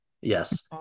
yes